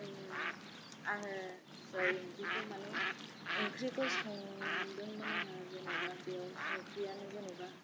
आङो जाय ओंख्रिखौ माने ओंख्रिखौ संदोंमोन आङो जेन'बा बेयाव संख्रियानो जेन'बा